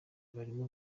barimo